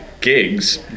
gigs